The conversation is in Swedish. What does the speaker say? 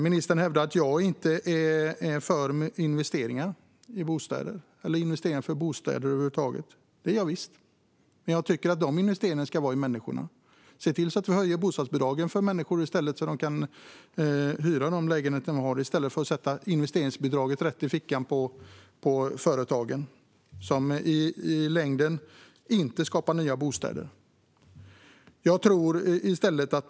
Ministern hävdar att jag inte är för investeringar i bostäder över huvud taget. Det är jag visst. Men jag tycker att investeringarna ska göras i människorna. Se i stället till att höja bostadsbidragen för människor så att de kan hyra de lägenheter vi har, i stället för att stoppa investeringsbidraget rakt i fickan på företagen. Det skapar inte nya bostäder i längden.